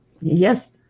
yes